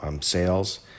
sales